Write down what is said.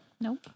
Nope